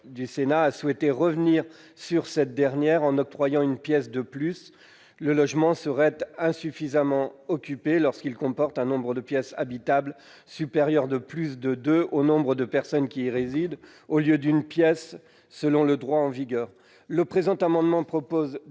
du Sénat a souhaité revenir sur cette définition, en octroyant une pièce de plus : ainsi, le logement serait insuffisamment occupé, lorsqu'il comporte un nombre de pièces habitables supérieur de plus de deux au nombre de personnes qui y résident, au lieu d'une pièce selon le droit en vigueur. Le présent amendement vise